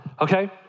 okay